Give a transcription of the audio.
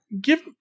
Give